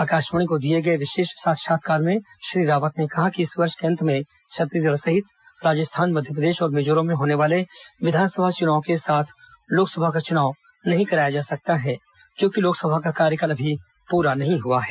आकाशवाणी को दिये गये विशेष साक्षात्कार में श्री रावत ने कहा कि इस वर्ष के अंत में छत्तीसगढ़ सहित राजस्थान मध्य प्रदेश और मिजोरम में होने वाले विधानसभा चुनाव के साथ लोकसभा का चुनाव नहीं कराया जा सकता है क्योंकि लोकसभा का कार्यकाल अभी पूरा नहीं हुआ है